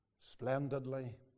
splendidly